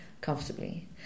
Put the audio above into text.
comfortably